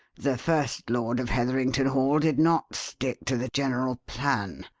the first lord of heatherington hall did not stick to the general plan.